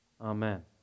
Amen